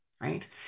Right